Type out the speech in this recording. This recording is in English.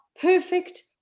perfect